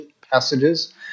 passages